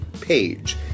page